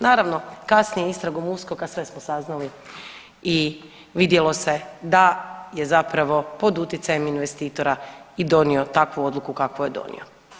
Naravno, kasnije istragom USKOK-a sve smo saznali i vidjelo se da je zapravo pod utjecajem investitora i donio takvu odluku kakvu je donio.